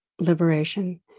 liberation